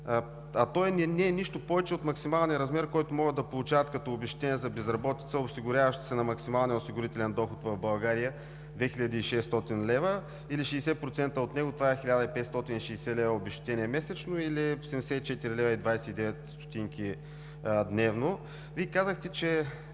а той не е нищо повече от максималния размер, който могат да получават като обезщетение за безработица, осигуряващите се на максималния осигурителен доход в България – 2600 лв., или 60% от него – това е 1560 лв. обезщетение месечно, или 74,29 лв. дневно. Вие казахте, че